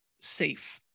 safe